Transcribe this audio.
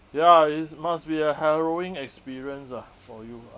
ya is must be a harrowing experience ah for you ah